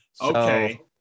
Okay